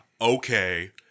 okay